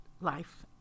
life